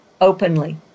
openly